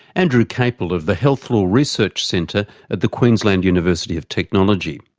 andrew caple, of the health law research centre at the queensland university of technology.